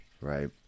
right